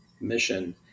mission